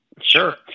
Sure